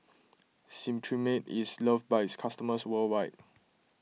Cetrimide is loved by its customers worldwide